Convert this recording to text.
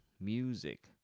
music